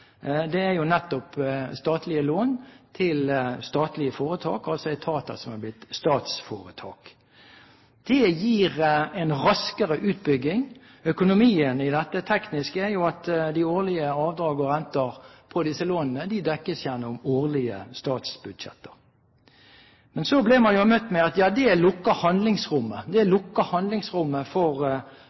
teknisk er jo at de årlige avdrag og renter på disse lånene dekkes gjennom årlige statsbudsjetter. Men så blir man møtt med at det lukker handlingsrommet, det lukker handlingsrommet for